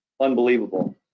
unbelievable